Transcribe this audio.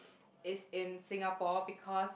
is in Singapore because